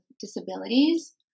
disabilities